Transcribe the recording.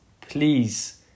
please